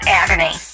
agony